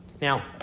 Now